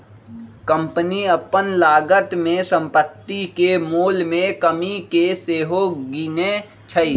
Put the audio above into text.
company अप्पन लागत में सम्पति के मोल में कमि के सेहो गिनै छइ